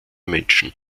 menschen